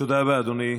תודה רבה, אדוני.